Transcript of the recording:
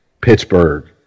Pittsburgh